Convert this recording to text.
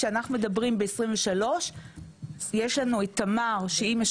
כשאנחנו מדברים ב-2023 יש לנו את תמר שהיא משלמת